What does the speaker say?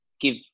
give